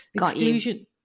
Exclusion